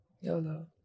YOLO